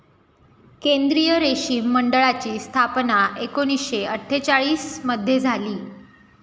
केंद्रीय रेशीम मंडळाची स्थापना एकूणशे अट्ठेचालिश मध्ये झाली